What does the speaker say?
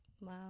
wow